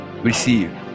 receive